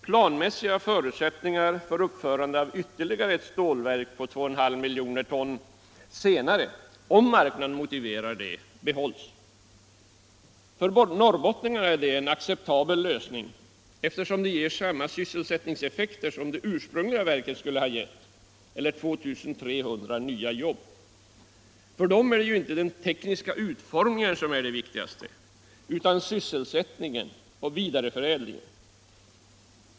Planmässiga förutsättningar för senare uppförande av ytterligare ett stålverk på 2,5 miljoner ton, om marknaden motiverar detta, behålls. För norrbottningarna är det en acceptabel lösning eftersom det ger samma sysselsättningseffekter som det ursprungliga verket skulle ha gett, eller 2 300 nya jobb. För dem är det ju inte den tekniska utformningen som är det viktigaste utan sysselsättningen och vidareförädlingen.